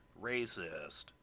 racist